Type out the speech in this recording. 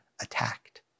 attacked